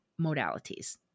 modalities